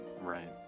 Right